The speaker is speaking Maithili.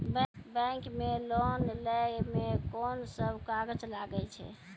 बैंक मे लोन लै मे कोन सब कागज लागै छै?